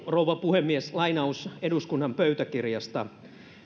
rouva puhemies lainaus eduskunnan pöytäkirjasta